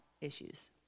issues